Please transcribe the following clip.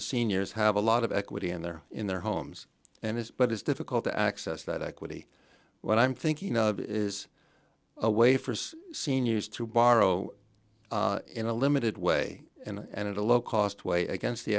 the seniors have a lot of equity in their in their homes and it's but it's difficult to access that quickly what i'm thinking of is a way for seniors to borrow in a limited way and in a low cost way against the